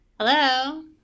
Hello